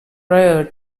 prior